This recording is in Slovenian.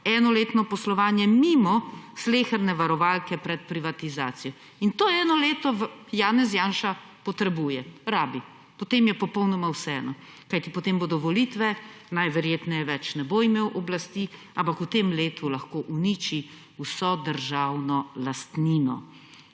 eno letno poslovanje mimo sleherne varovalke pred privatizacijo in to eno leto Janez Janša potrebuje, rabi. potem je popolnoma vseeno, kajti potem bodo volitve, najverjetneje več ne bo imel oblasti, ampak v tem letu lahko uniči vso državno lastnino,